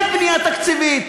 כן בנייה תקציבית,